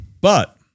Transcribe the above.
But-